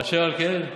אשר על כן?